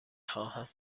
خواهم